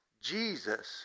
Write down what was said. Jesus